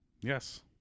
Yes